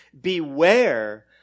beware